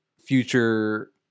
future